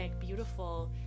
beautiful